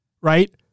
right